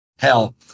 Hell